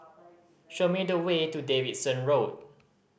show me the way to Davidson Road